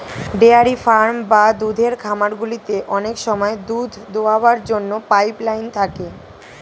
dairy farm বা দুধের খামারগুলিতে অনেক সময় দুধ দোয়াবার জন্য পাইপ লাইন থাকে